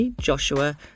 Joshua